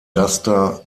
duster